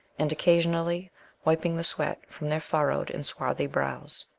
and occasionally wiping the sweat from their furrowed and swarthy brows.